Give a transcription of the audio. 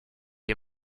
est